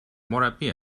مربی